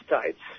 States